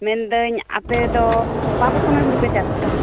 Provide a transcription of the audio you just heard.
ᱢᱮᱱᱫᱟᱹᱧ ᱟᱯᱮ ᱫᱚ ᱚᱠᱟ ᱠᱚ ᱥᱚᱢᱚᱭ ᱦᱩᱲᱩ ᱯᱮ ᱪᱟᱥ ᱮᱫᱟ